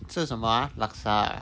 吃什么啊 laksa ah